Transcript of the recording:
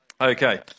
Okay